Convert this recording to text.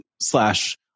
slash